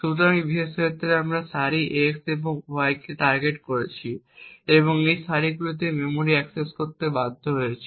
সুতরাং এই বিশেষ ক্ষেত্রে আমরা এই সারি x এবং y কে টার্গেট করছি এবং এই সারিগুলিতে মেমরি অ্যাক্সেস করতে বাধ্য করছি